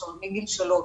זאת אומרת, מגיל שלוש.